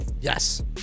Yes